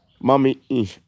Mummy